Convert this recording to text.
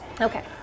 okay